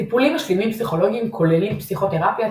טיפולים משלימים פסיכולוגיים כוללים פסיכותרפיה,